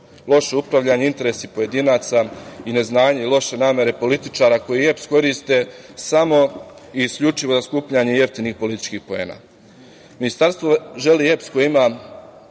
loše upravljanje, interesi pojedinaca i neznanje i loše namere političara koji EPS koriste samo i isključivo za skupljanje jeftinih političkih